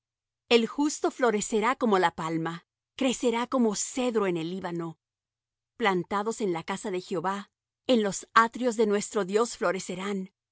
el justo florecerá como la palma crecerá como cedro en el líbano plantados en la casa de jehová en los atrios de nuestro dios